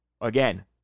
Again